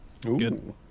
Good